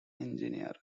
engineer